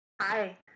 Hi